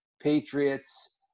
Patriots